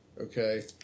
Okay